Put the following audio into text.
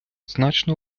значно